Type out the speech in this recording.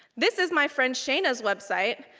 this is my friend shana's website.